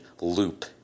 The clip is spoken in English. loop